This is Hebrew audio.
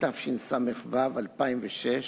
התשס"ו 2006,